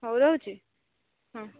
ହଉ ରହୁଛି ହଁ